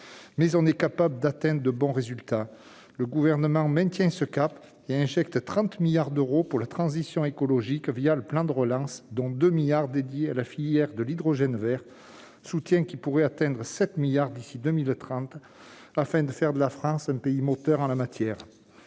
nous sommes capables d'atteindre de bons résultats. Le Gouvernement maintient ce cap et va injecter 30 milliards d'euros pour la transition écologique le plan de relance, 2 milliards d'euros étant dédiés à la filière de l'hydrogène vert, un soutien qui pourrait atteindre 7 milliards d'euros d'ici à 2030, ce qui ferait de la France un pays moteur en la matière.